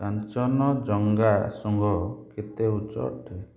କାଞ୍ଚନ ଜଙ୍ଗା ଶୃଙ୍ଗ କେତେ ଉଚ୍ଚ ଅଟେ